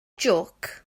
jôc